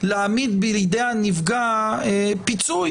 להעמיד בידי הנפגע פיצוי